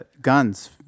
guns